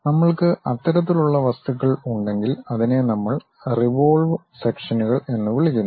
നമ്മൾക്ക് അത്തരത്തിലുള്ള വസ്തുക്കൾ ഉണ്ടെങ്കിൽ അതിനെ നമ്മൾ റിവോൾവ് സെക്ഷനുകൾ എന്ന് വിളിക്കുന്നു